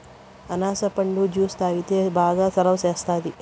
అనాస పండు జ్యుసు తాగితే బాగా సలవ సేస్తాది